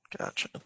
Gotcha